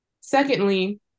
Secondly